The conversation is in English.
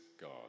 God